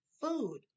food